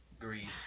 Greece